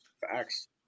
Facts